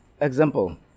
example